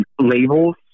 labels